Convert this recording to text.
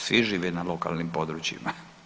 Svi žive na lokalnim područjima.